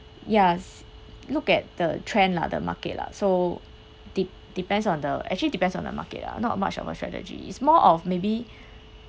yes look at the trend lah the market lah so de~ depends on the actually depends of the market lah not much of a strategy it's more of a maybe